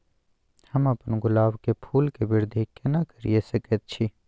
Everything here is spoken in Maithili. हम अपन गुलाब के फूल के वृद्धि केना करिये सकेत छी?